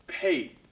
hey